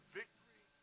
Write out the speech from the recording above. victory